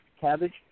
Cabbage